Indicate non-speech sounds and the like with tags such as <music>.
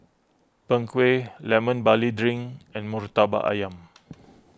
Png Kueh Lemon Barley Drink and Murtabak Ayam <noise>